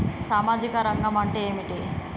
సామాజిక రంగం అంటే ఏమిటి?